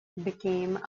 became